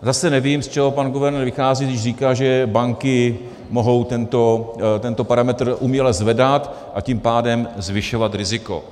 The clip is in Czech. Zase nevím, z čeho pan guvernér vychází, když říká, že banky mohou tento parametr uměle zvedat, a tím pádem zvyšovat riziko.